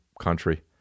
country